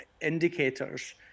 indicators